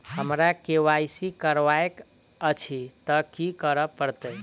हमरा केँ Y C करेवाक अछि तऽ की करऽ पड़तै?